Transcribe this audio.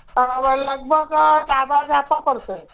હવે લગભગ કાગળ આપવા પડશે